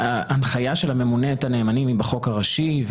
ההנחיה של הממונה את הנאמנים היא בחוק הראשי.